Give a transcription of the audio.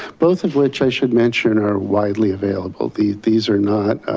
both of which i should mention are widely available. these these are not